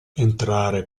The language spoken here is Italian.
entrare